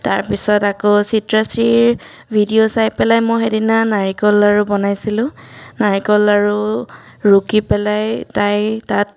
তাৰপিছত আকৌ চিত্ৰাশ্ৰীৰ ভিডিঅ' চাই পেলাই মই সেইদিনা নাৰিকলৰ লাড়ু বনাইছিলোঁ নাৰিকল লাড়ু ৰুকি পেলাই তাই তাত